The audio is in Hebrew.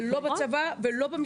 אין את זה לא בצבא ולא במשטרה.